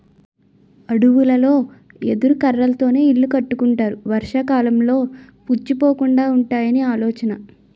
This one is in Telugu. అడవులలో ఎదురు కర్రలతోనే ఇల్లు కట్టుకుంటారు వర్షాకాలంలోనూ పుచ్చిపోకుండా వుంటాయని ఆలోచన